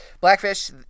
Blackfish